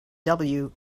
can